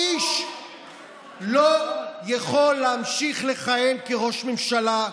האיש לא יכול להמשיך לכהן כראש ממשלה,